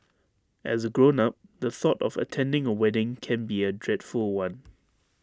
as A grown up the thought of attending A wedding can be A dreadful one